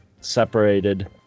separated